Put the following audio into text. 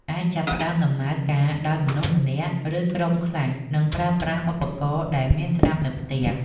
អាចចាប់ផ្តើមដំណើរការដោយមនុស្សម្នាក់ ឬក្រុមខ្លះ និងប្រើប្រាស់ឧបករណ៍ដែលមានស្រាប់នៅផ្ទះ។